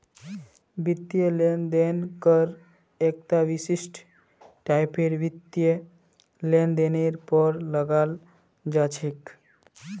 वित्तीय लेन देन कर एकता विशिष्ट टाइपेर वित्तीय लेनदेनेर पर लगाल जा छेक